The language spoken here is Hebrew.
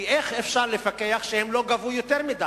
כי איך אפשר לפקח ולדעת שהם לא גבו יותר מדי?